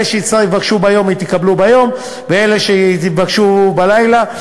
אלה שיבקשו ביום, יקבלו ביום, ואלה שיבקשו, בלילה.